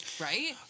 right